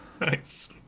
nice